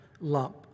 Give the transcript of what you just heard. lump